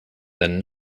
then